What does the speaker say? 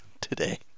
today